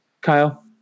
Kyle